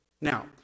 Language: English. Now